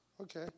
Okay